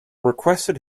requested